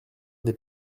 des